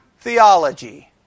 theology